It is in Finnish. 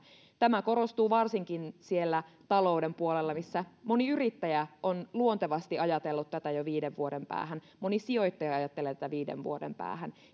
tämä korostuu varsinkin siellä talouden puolella missä moni yrittäjä on luontevasti ajatellut tätä jo viiden vuoden päähän moni sijoittaja ajattelee tätä viiden vuoden päähän